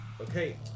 Okay